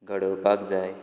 घडोवपाक जाय